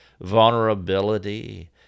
Vulnerability